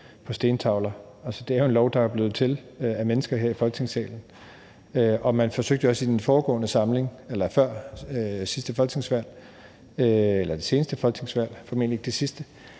fra bjerget. Det er jo en lov, der er blevet lavet af mennesker her i Folketingssalen. Man forsøgte også i den foregående samling, eller før sidste folketingsvalg, det seneste folketingsvalg, formentlig ikke det sidste,